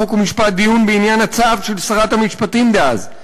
חוק ומשפט דיון בעניין הצו של שרת המשפטים דאז,